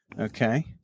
Okay